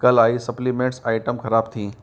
कल आई supplements item खराब थीं